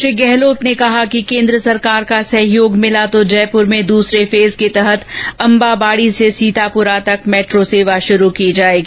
श्री गहलोत ने कहा कि कोन्द्र सरकार का सहयोग मिला तो जयपुर में दूसरे फेज के तहत अंबाबाड़ी से सीतापुरा तक मेट्रो की सेवा शुरू की जायेगी